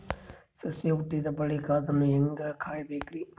ಸಸಿ ಹುಟ್ಟಿದ ಬಳಿಕ ಅದನ್ನು ಹೇಂಗ ಕಾಯಬೇಕಿರಿ?